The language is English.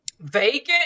Vacant